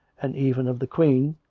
and even of the queen,